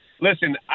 Listen